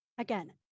again